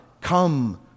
come